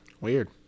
Weird